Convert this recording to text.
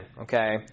Okay